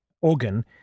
organ